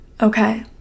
Okay